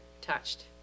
touched